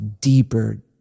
deeper